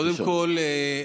קודם כול,